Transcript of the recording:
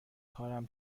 کارم